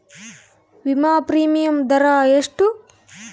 ವಿಮಾ ಪ್ರೀಮಿಯಮ್ ದರಾ ಎಷ್ಟು?